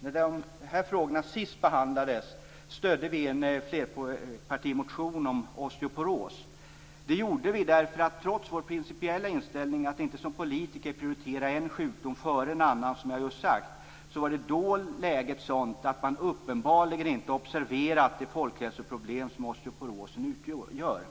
När dessa frågor senast behandlades stödde vi en flerpartimotion om osteoporos. Det gjorde vi trots vår principiella inställning att man som politiker inte skall prioritera en sjukdom framför en annan, som jag just sagt. Men då var läget sådant att man uppenbarligen inte hade observerat det folkhälsoproblem som osteoporos utgör.